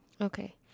Okay